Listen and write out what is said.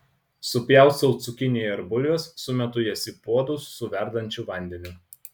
supjaustau cukiniją ir bulves sumetu jas į puodus su verdančiu vandeniu